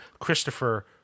Christopher